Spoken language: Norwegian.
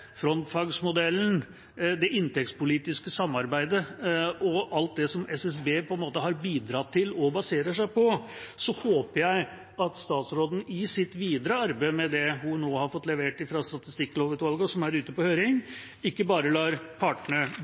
frontfagsmodellen, det inntektspolitiske samarbeidet og alt det som SSB har bidratt til og baserer seg på, håper jeg at statsråden i sitt videre arbeid med det hun nå har fått levert fra Statistikklovutvalget, og som er ute på høring, ikke bare lar partene